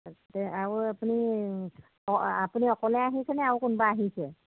তাৰপাছতে আৰু আপুনি অঁ আপুনি অকলে আহিছেনে আৰু কোনোবা আহিছে